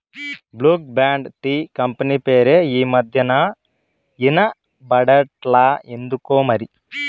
Brooke Bond tea company పేరే ఈ మధ్యనా ఇన బడట్లా ఎందుకోమరి